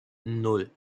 nan